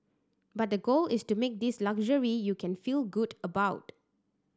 but the goal is to make this luxury you can feel good about